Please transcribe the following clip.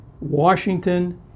Washington